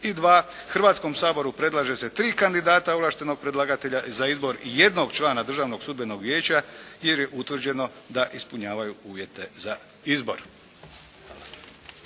I 2. Hrvatskom saboru predlaže se tri kandidata ovlaštenog predlagatelja za izbor jednog člana Državnog sudbenog vijeća jer je utvrđeno da ispunjavaju uvjete za izbor.